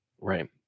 Right